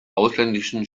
ausländischen